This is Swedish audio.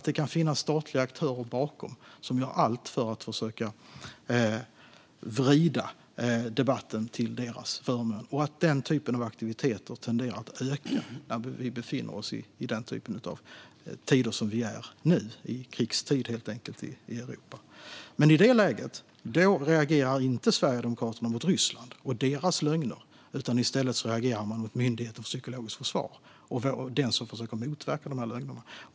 Det kan finnas statliga aktörer bakom som gör allt för att försöka vrida debatten till sin fördel, och den typen av aktiviteter tenderar att öka när vi befinner oss i tider som dem vi är i nu - i krigstider i Europa. Men i det läget reagerar inte Sverigedemokraterna mot Ryssland och deras lögner. I stället reagerar man mot Myndigheten för psykologiskt försvar, som försöker motverka de här lögnerna.